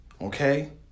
Okay